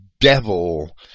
Devil